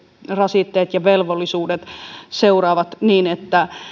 rasitteet ja velvollisuudet seuraavat niin että